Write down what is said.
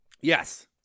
Yes